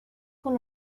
con